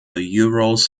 urals